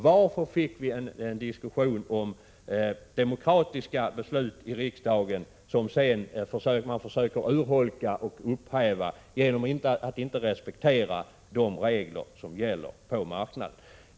Varför fick vi en diskussion om i riksdagen i demokratisk ordning fattade beslut, som man sedan försöker urholka och upphäva genom att inte respektera de regler som gäller på marknaden?